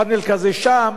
פאנל כזה שם,